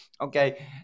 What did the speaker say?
okay